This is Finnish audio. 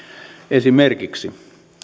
esimerkiksi